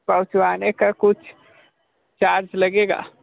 पहुँचने का कुछ चार्ज लगेगा